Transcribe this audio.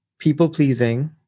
people-pleasing